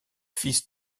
fils